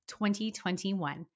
2021